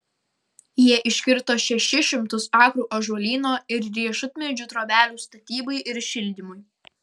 jie iškirto šešis šimtus akrų ąžuolyno ir riešutmedžių trobelių statybai ir šildymui